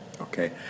okay